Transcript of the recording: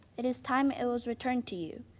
it is time it was returned to you.